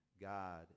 God